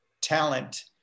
talent